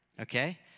Okay